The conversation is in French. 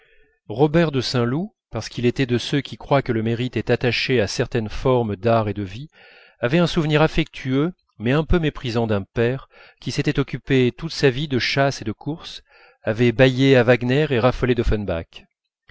robert de saint loup parce qu'il était de ceux qui croient que le mérite est attaché à certaines formes de la vie avait un souvenir affectueux mais un peu méprisant d'un père qui s'était occupé toute sa vie de chasse et de course avait bâillé à wagner et raffolé d'offenbach